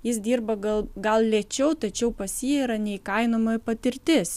jis dirba gal gal lėčiau tačiau pas jį yra neįkainojama patirtis